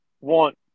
want